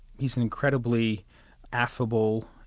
he's an incredibly affable,